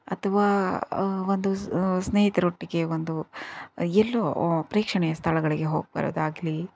ಅಥವಾ ಒಂದು ಸ್ನೇಹಿತರೊಟ್ಟಿಗೆ ಒಂದು ಎಲ್ಲೋ ಪ್ರೇಕ್ಷಣೀಯ ಸ್ಥಳಗಳಿಗೆ ಹೋಗಿಬರೋದಾಗ್ಲಿ